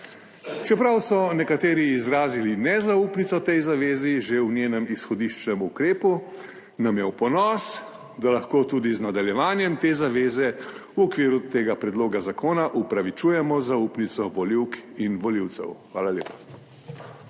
Čeprav so nekateri izrazili nezaupnico tej zavezi že v njenem izhodiščnem ukrepu, nam je v ponos, da lahko tudi z nadaljevanjem te zaveze v okviru tega predloga zakona upravičujemo zaupnico volivk in volivcev. Hvala lepa.